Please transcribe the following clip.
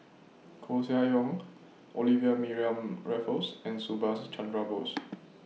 Koeh Sia Yong Olivia Mariamne Raffles and Subhas Chandra Bose